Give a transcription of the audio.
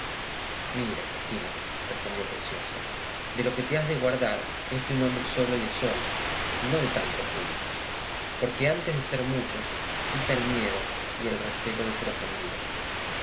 mira cristina respondió preciosa de lo que te has de guardar es de un hombre solo y a solas y no de tantos juntos porque antes el ser muchos quita el miedo y el recelo de ser ofendidas